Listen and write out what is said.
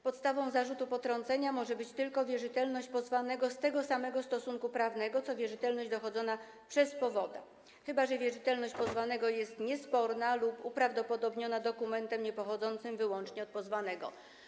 Podstawą zarzutu potrącenia może być tylko wierzytelność pozwanego z tego samego stosunku prawnego co wierzytelność dochodzona przez powoda, chyba że wierzytelność pozwanego jest niesporna lub uprawdopodobniona dokumentem niepochodzącym wyłącznie od pozwanego.